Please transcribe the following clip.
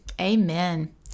Amen